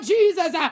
Jesus